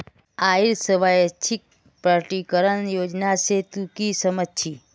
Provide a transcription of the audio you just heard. आइर स्वैच्छिक प्रकटीकरण योजना से तू की समझ छि